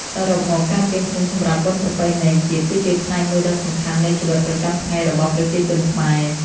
សរុបមក ការត្រៀមខ្លួនសម្រាប់បុណ្យប្រពៃណីជាតិគឺជាផ្នែកមួយដ៏សំខាន់នៃជីវិតប្រចាំថ្ងៃរបស់ប្រជាជនខ្មែរ។